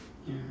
ya